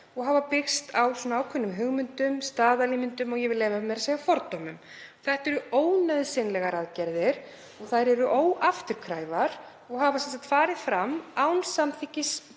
þær hafa byggst á ákveðnum hugmyndum, staðalímyndum og ég vil leyfa mér að segja fordómum. Þetta eru ónauðsynlegar aðgerðir og þær eru óafturkræfar og hafa farið fram án samþykkis